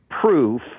proof